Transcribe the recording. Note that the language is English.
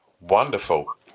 Wonderful